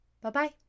Bye-bye